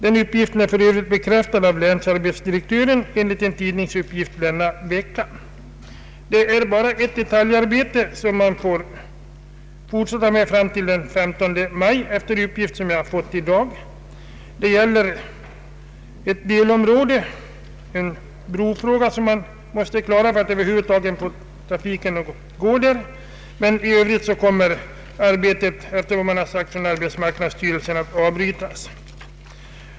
Den uppgiften har för övrigt bekräftats av länsarbetsdirektören i ett tidningsmeddelande denna vecka. Det är bara ett detaljarbete som man får fortsätta med fram till den 15 maj, enligt ett besked som jag har fått i dag. En brofråga måste nämligen klaras för att vägen över huvud taget skall kunna trafikeras, men i övrigt kommer arbetet, efter vad arbetsmarknadsstyrelsen har sagt, att avbrytas.